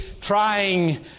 trying